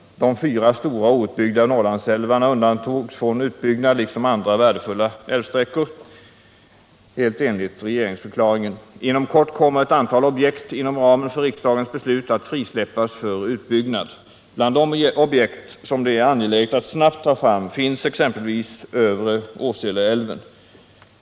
De fyra stora outbyggda Norrlandsälvarna undantogs från utbyggnad liksom andra värdefulla älvsträckor, helt enligt regeringsförklaringen. Inom kort kommer ett antal objekt inom ramen för riksdagens beslut att frisläppas för utbyggnad. Bland de objekt som det är angeläget att snabbt ta fram finns exempelvis Övre Åseleälven.